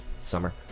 Summer